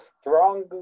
strong